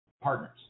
partners